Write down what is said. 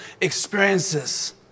experiences